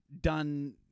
done